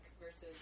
versus